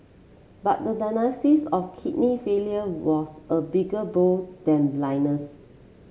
but the diagnosis of kidney failure was a bigger blow than blindness